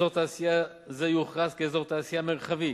אזור תעשייה זה יוכרז כאזור תעשייה מרחבי,